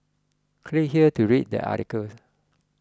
click here to read the articles